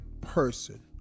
person